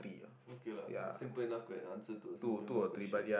okay lah simple enough quest~ answer to a simple enough question